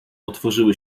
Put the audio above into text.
otworzyły